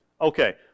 Okay